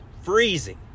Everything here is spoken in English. freezing